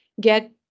get